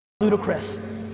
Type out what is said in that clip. ludicrous